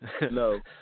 No